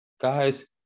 Guys